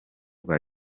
rwa